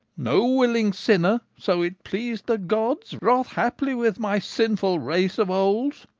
no willing sinner so it pleased the gods wrath haply with my sinful race of old,